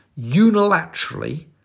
unilaterally